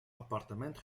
appartement